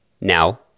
Now